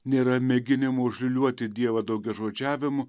nėra mėginimų užliūliuoti dievą daugiažodžiavimu